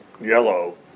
yellow